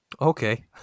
Okay